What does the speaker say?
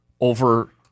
over